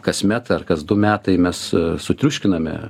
kasmet ar kas du metai mes sutriuškiname